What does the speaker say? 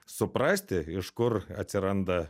suprasti iš kur atsiranda